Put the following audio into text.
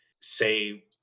say